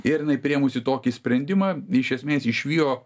ir jinai priėmusi tokį sprendimą iš esmės išvijo